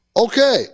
Okay